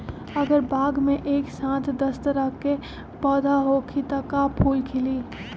अगर बाग मे एक साथ दस तरह के पौधा होखि त का फुल खिली?